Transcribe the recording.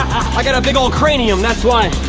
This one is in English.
i got a big ole cranium that's why.